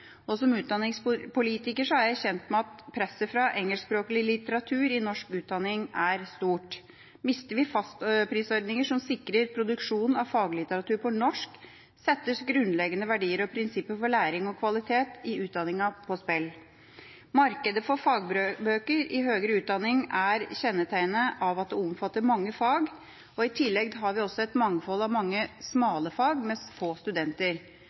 måte. Som utdanningspolitiker er jeg kjent med at presset fra engelskspråklig litteratur i norsk utdanning er stort. Mister vi fastprisordninger som sikrer produksjon av faglitteratur på norsk, settes grunnleggende verdier og prinsipper for læring og kvalitet i utdanninga på spill. Markedet for fagbøker i høyere utdanning er kjennetegnet av at det omfatter mange fag. I tillegg har vi også et mangfold av mange smale fag med få studenter.